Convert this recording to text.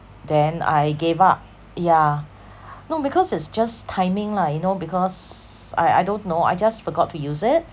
then I gave up yeah no because it's just timing lah you know because I I don't know I just forgot to use it